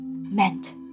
meant